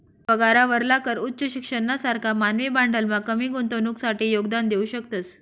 पगारावरला कर उच्च शिक्षणना सारखा मानवी भांडवलमा कमी गुंतवणुकसाठे योगदान देऊ शकतस